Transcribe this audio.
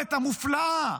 היכולת המופלאה